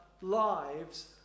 lives